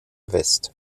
west